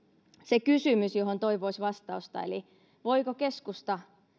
se kysymys johon toivoisin vastausta eli voivatko keskusta